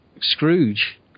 Scrooge